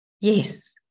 Yes